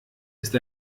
ist